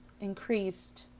increased